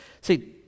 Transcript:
See